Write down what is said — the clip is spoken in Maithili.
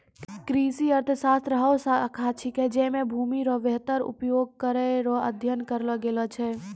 कृषि अर्थशास्त्र हौ शाखा छिकै जैमे भूमि रो वेहतर उपयोग करै रो अध्ययन करलो गेलो छै